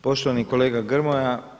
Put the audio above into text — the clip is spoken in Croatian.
Poštovani kolega Grmoja.